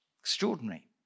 Extraordinary